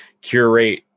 curate